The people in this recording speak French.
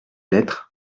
lettres